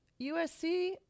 USC